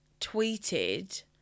tweeted